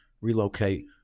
relocate